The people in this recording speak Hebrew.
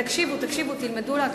תקשיבו, תקשיבו, תלמדו להקשיב.